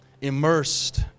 immersed